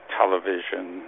television